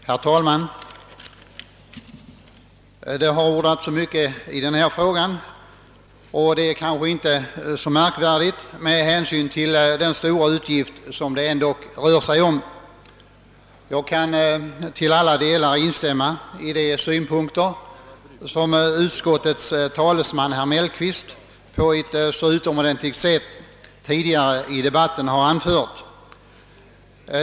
Herr talman! Det har ordats mycket i denna fråga, vilket kanske inte är så märkvärdigt med hänsyn till den stora utgift det ändock rör sig om. Jag kan till alla delar instämma i de synpunkter som utskottets talesman, herr Mellqvist, på ett så utomordentligt sätt har anfört tidigare i debatten.